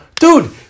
Dude